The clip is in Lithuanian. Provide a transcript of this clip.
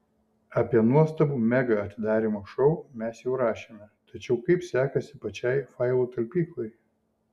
apie nuostabų mega atidarymo šou mes jau rašėme tačiau kaip sekasi pačiai failų talpyklai